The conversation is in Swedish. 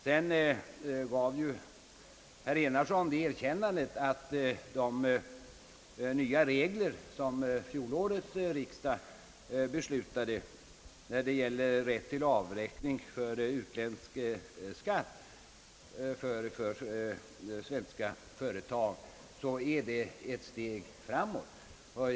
Herr Enarsson gav det erkännandet att de nya regler som fjolårets riksdag beslutade i fråga om rätt till avräkning av utländsk skatt för svenska företag är ett steg framåt.